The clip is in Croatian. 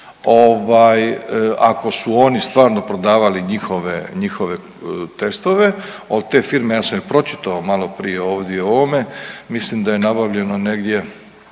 ako su oni stvarno prodavali njihove testove od te firme ja sam ih pročitao malo prije ovdje o ovome. Mislim da je nabavljeno negdje